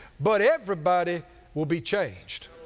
but everybody will be changed